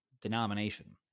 denomination